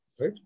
Right